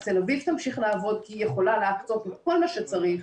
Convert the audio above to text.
אז תל אביב תמשיך לעבוד כי היא יכולה להקצות כל מה שצריך.